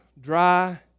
dry